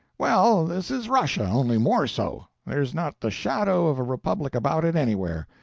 well, this is russia only more so. there's not the shadow of a republic about it anywhere.